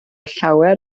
llawer